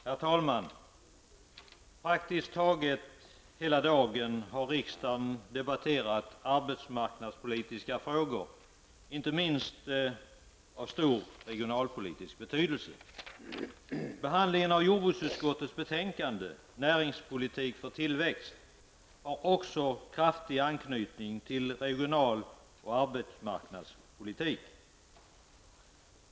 Herr talman! Praktiskt taget hela dagen har riksdagen debatterat arbetsmarknadspolitiska frågor, inte minst sådana av stor regionalpolitisk betydelse. Behandlingen av jordbruksutskottets betänkande Näringspolitik för tillväxt har också kraftig anknytning till regional och arbetsmarknadspolitik.